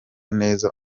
neza